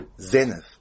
zenith